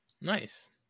Nice